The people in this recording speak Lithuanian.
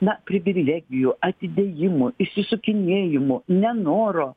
na privilegijų atidėjimų išsisukinėjimų nenoro